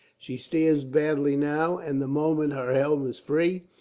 she steers badly now, and the moment her helm is free,